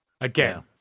Again